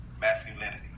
masculinity